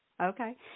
Okay